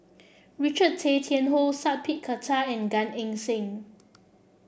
Richard Tay Tian Hoe Sat Pal Khattar and Gan Eng Seng